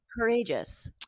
courageous